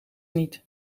niet